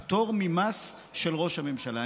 הפטור ממס של ראש הממשלה.